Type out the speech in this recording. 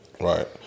Right